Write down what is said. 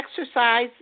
exercise